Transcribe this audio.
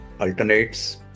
alternates